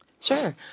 Sure